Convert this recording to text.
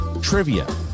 trivia